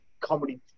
comedy